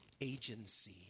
agency